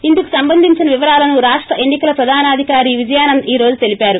ఇందుకు సంబంధించిన వివరాలను రాష్ట ఎన్ని కల ప్రధానాధికారి విజయానంద్ ఈ రోజు తెలిపారు